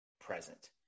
present